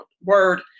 word